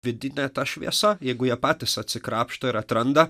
vidine ta šviesa jeigu jie patys atsikrapšto ir atranda